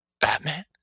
Batman